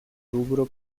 rubro